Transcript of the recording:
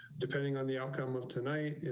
depending on the outcome of tonight.